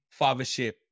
fathership